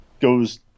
goes